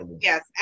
yes